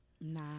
Nah